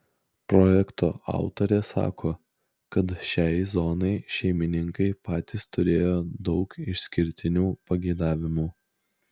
projekto autorė sako kad šiai zonai šeimininkai patys turėjo daug išskirtinių pageidavimų